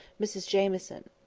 mrs jamieson.